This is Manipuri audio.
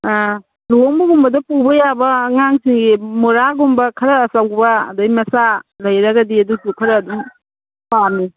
ꯑꯥ ꯂꯨꯍꯣꯡꯕꯒꯨꯝꯕꯗ ꯄꯨꯕ ꯌꯥꯕ ꯑꯉꯥꯡꯁꯤꯡꯒꯤ ꯃꯣꯔꯥꯒꯨꯝꯕ ꯈꯔ ꯑꯆꯧꯕ ꯑꯗꯩ ꯃꯆꯥ ꯂꯩꯔꯒꯗꯤ ꯑꯗꯨꯁꯨ ꯈꯔ ꯑꯨꯗꯝ ꯄꯥꯝꯃꯤ